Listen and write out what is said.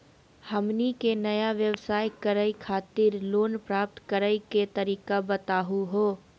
हमनी के नया व्यवसाय करै खातिर लोन प्राप्त करै के तरीका बताहु हो?